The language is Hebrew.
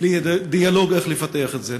על דיאלוג איך לפתח את זה.